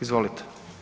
Izvolite.